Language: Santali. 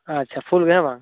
ᱟᱪᱪᱷᱟ ᱯᱷᱩᱞ ᱜᱮ ᱦᱮᱸ ᱵᱟᱝ